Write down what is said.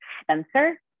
Spencer